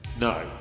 No